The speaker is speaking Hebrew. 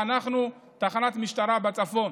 חנכנו תחנת משטרה בצפון,